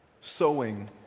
sewing